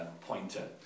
pointer